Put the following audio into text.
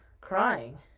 crying